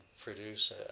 produce